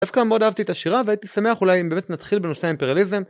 דווקא מאוד אהבתי את השירה והייתי שמח אולי אם באמת נתחיל בנושא האימפריאליזם